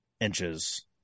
inches